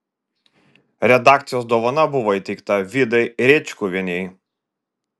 redakcijos dovana buvo įteikta vidai rėčkuvienei